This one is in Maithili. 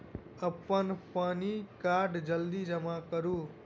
अप्पन पानि कार्ड जल्दी जमा करू?